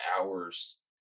hours